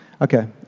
Okay